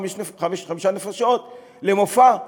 חמש נפשות למופע,